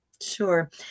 Sure